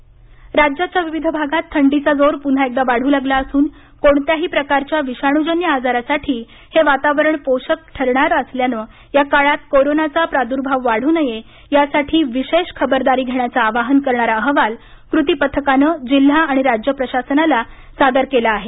थंडी आणि विषाण् राज्याच्या विविध भागात थंडीचा जोर पुन्हा एकदा वाढू लागला असून कोणत्याही प्रकारच्या विषाणूजन्य आजारासाठी हे वातावरण पोषक ठरणारं असल्यानं या काळात कोरोनाचा प्रादुर्भाव वाढू नये यासाठी विशेष खबरदारी घेण्याचं आवाहन करणारा अहवाल कृती पथकानं जिल्हा आणि राज्य प्रशासनाला सादर केला आहे